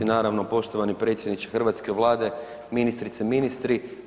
Naravno poštovani predsjedniče hrvatske Vlade, ministrice ministri.